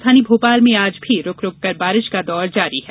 राजधानी भोपाल में आज भी रूक रूक कर बारिश का दौर जारी है